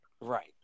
right